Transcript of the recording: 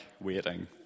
waiting